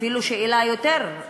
אפילו יותר מזה,